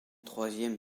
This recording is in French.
troisième